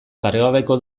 paregabeko